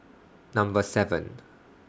Number seven